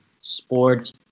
sports